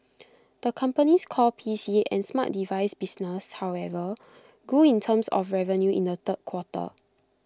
the company's core P C and smart device business however grew in terms of revenue in the third quarter